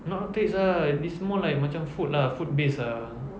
not treats ah it's more like macam food lah food based ah